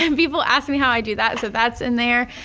um people ask me how i do that so that's in there.